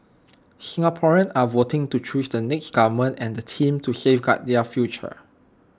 Singaporeans are voting to choose the next government and the team to safeguard their future